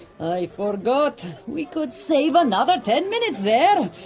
i forgot! we could save another ten minutes there!